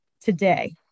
today